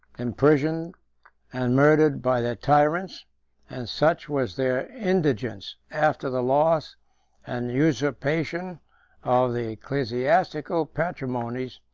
imprisoned, and murdered, by their tyrants and such was their indigence, after the loss and usurpation of the ecclesiastical patrimonies,